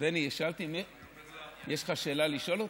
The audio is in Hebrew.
בני, יש לך איזו שאלה לשאול אותי?